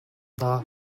даа